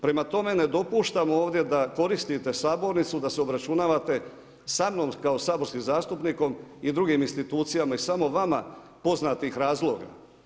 Prema tome, ne dopuštam ovdje da koristite sabornicu da se obračunavate sa mnom kao saborskim zastupnikom i drugim institucijama iz samo vama poznatih razloga.